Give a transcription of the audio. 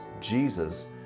Jesus